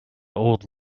old